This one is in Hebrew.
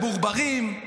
שאתם מבורברים.